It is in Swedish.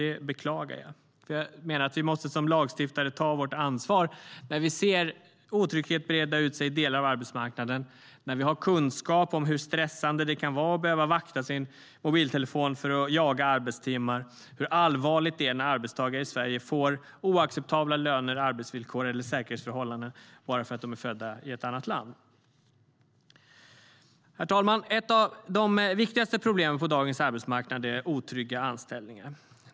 Det beklagar jag. Jag menar att vi måste ta vårt ansvar som lagstiftare när vi ser otryggheten breda ut sig i delar av arbetsmarknaden och när vi har kunskap om hur stressande det kan vara att behöva vakta sin mobiltelefon för att jaga arbetstimmar och om hur allvarligt det är när arbetstagare i Sverige får oacceptabla löner, arbetsvillkor eller säkerhetsförhållanden bara för att de är födda i ett annat land. Herr talman! Ett av de viktigaste problemen på dagens arbetsmarknad är otrygga anställningar.